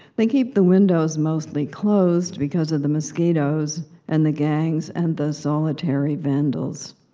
they keep the windows mostly closed, because of the mosquitos, and the gangs, and the solitary vandals.